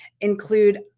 include